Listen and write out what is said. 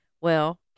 Well-